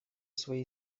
свои